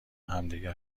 همدیگر